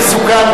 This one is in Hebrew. מסכימה.